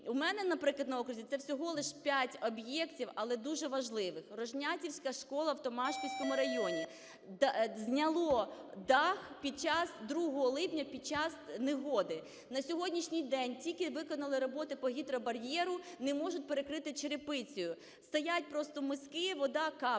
у мене, наприклад, на окрузі це всього лише п'ять об'єктів, але дуже важливих. Рожнятівська школа в Томашпільському районі, зняло дах під час… 2 липня під час негоди. На сьогоднішній день тільки виконали роботи по гідробар'єру, не можуть перекрити черепицею. Стоять просто миски, вода капає.